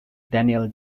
daniel